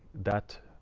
that